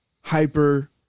hyper